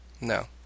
No